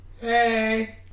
Hey